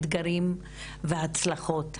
אתגרים והצלחות.